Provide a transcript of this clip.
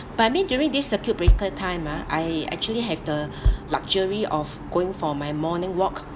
but I mean during this circuit breaker time ah I actually have the luxury of going for my morning walk